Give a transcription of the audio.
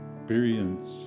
experience